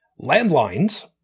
landlines